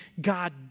God